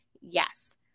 Yes